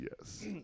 Yes